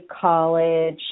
college